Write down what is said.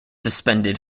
suspended